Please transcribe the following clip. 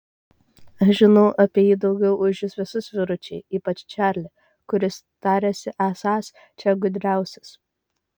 aš žinau apie jį daugiau už jus visus vyručiai ypač čarlį kuris tariasi esąs čia gudriausias